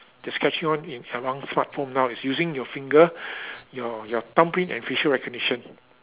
that's catching on in everyone smartphone now is using your finger your your thumbprint and facial recognition